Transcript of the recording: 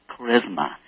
charisma